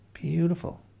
beautiful